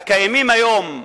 הקיימים היום,